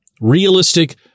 realistic